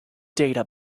data